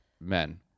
men